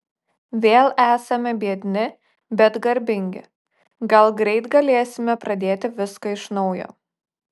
vėl esame biedni bet garbingi gal greit galėsime pradėti viską iš naujo